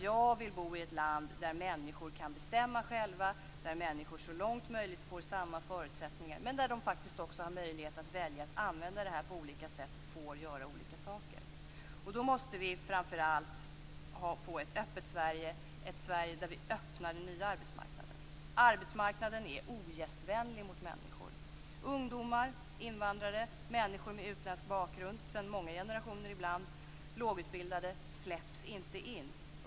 Jag vill bo i ett land där människor kan bestämma själva, där människor så långt det är möjligt får samma förutsättningar men där de faktiskt får möjlighet att välja att använda det på olika sätt och får göra olika saker. Då måste vi framför allt få ett öppet Sverige, ett Sverige där vi öppnar den nya arbetsmarknaden. Arbetsmarknaden är ogästvänlig mot människor. Ungdomar, invandrare, människor med utländsk bakgrund sedan många generationer ibland, och lågutbildade släpps inte in.